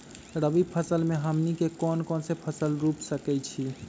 रबी फसल में हमनी के कौन कौन से फसल रूप सकैछि?